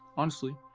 honestly.